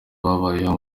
babayeho